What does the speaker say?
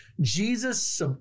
Jesus